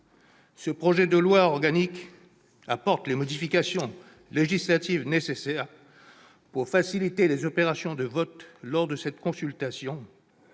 projet de loi organique a pour objet d'apporter les modifications législatives nécessaires pour faciliter les opérations de vote lors de cette consultation